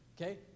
Okay